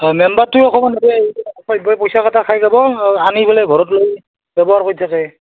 অঁ মেম্বাৰটোৱেও ক'ব নৰে এইটো অসভ্যই পইচাকেইটা খাই যাব অঁ আনি পেলাই ঘৰত গৈ ব্যৱহাৰ কৰি থাকে